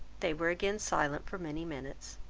they were again silent for many minutes.